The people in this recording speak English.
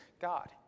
god